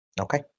Okay